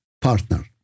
partner